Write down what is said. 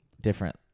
different